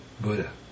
Buddha